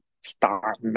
start